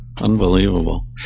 Unbelievable